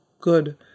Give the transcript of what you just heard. good